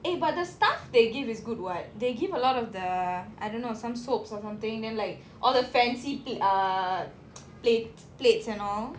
eh but the stuff they give is good [what] they give a lot of the I don't know some soaps or something then like all the fancy p~ ah plates plates and all